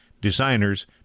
designers